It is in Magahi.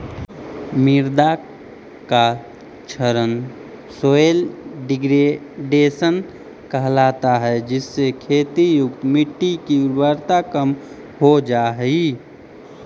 मृदा का क्षरण सॉइल डिग्रेडेशन कहलाता है जिससे खेती युक्त मिट्टी की उर्वरता कम हो जा हई